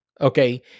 Okay